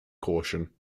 caution